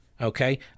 Okay